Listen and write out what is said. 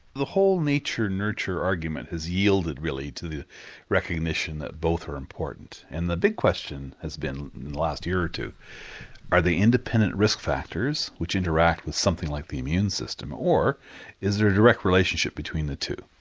the whole nature nurture argument has yielded really to the recognition that both are important and the big question has been in the last year or two are they independent risk factors which interact with something like the immune system or is there a direct relationship between the two?